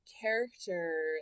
character